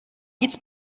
nic